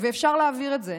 ואפשר להעביר את זה,